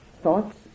thoughts